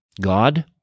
God